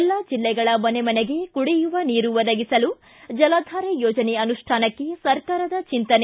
ಎಲ್ಲಾ ಜಿಲ್ಲೆಗಳ ಮನೆಮನೆಗೆ ಕುಡಿಯುವ ನೀರು ಒದಗಿಸಲು ಜಲಧಾರೆ ಯೋಜನೆ ಅನುಷ್ಠಾನಕ್ಕೆ ಸರ್ಕಾರದ ಚಿಂತನೆ